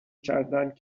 کردند